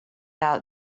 out